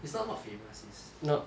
it's not not famous is